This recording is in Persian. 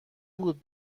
بود